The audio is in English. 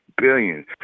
billions